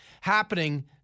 happening